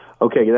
Okay